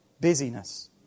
busyness